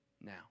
now